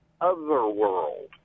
Otherworld